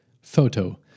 Photo